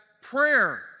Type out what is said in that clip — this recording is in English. prayer